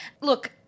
Look